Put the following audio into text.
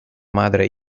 madre